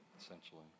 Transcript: essentially